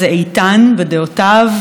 איתן בדעותיו,